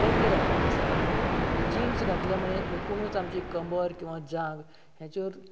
बंदी घातिल्ली आसा आनी जिन्स घातल्या मुळें एकुणूच आमची कंबर किंवा जांग ह्याचेर